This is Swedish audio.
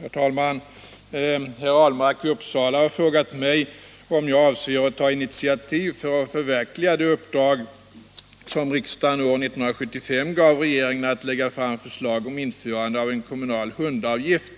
Herr talman! Herr Ahlmark i Uppsala har frågat mig om jag avser att ta initiativ för att förverliga det uppdrag riksdagen år 1975 gav regeringen att lägga fram förslag om införande av en kommunal hundavgift